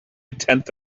tenth